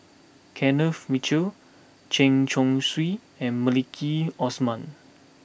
Kenneth Mitchell Chen Chong Swee and Maliki Osman